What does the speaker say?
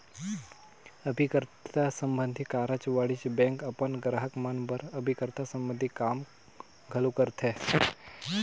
अभिकर्ता संबंधी कारज वाणिज्य बेंक अपन गराहक मन बर अभिकर्ता संबंधी काम घलो करथे